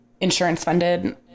insurance-funded